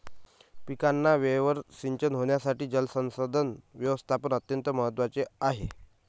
पिकांना वेळेवर सिंचन होण्यासाठी जलसंसाधन व्यवस्थापन अत्यंत महत्त्वाचे आहे